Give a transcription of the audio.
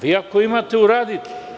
Vi ako imate uradite.